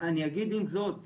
אני אגיד עם זאת,